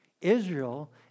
Israel